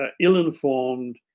ill-informed